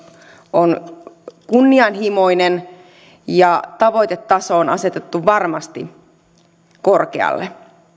on kunnianhimoinen ja tavoitetaso on asetettu varmasti korkealle